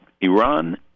Iran